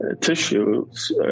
tissues